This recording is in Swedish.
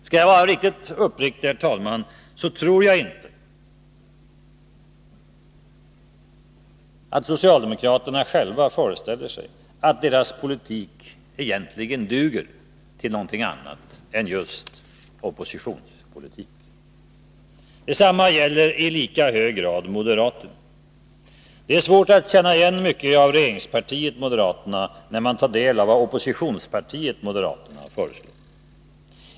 Skall jag vara riktigt uppriktig så tror jag inte att socialdemokraterna själva föreställer sig att deras politik egentligen duger till någonting annat än just oppositionspolitik. Detsamma gäller i lika hög grad moderaterna. Det är svårt att känna igen mycket av regeringspartiet moderaterna, när man tar del av vad oppositionspartiet moderaterna föreslår.